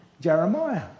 Jeremiah